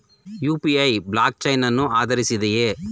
UPI blockchain ಅನ್ನು ಆಧರಿಸಿದೆಯೇ?